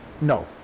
No